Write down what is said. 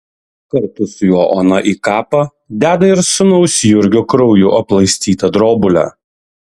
kartu su juo ona į kapą deda ir sūnaus jurgio krauju aplaistytą drobulę